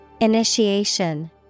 Initiation